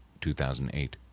2008